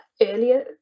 earlier